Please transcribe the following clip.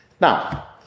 Now